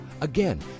Again